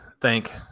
thank